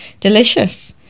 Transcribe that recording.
Delicious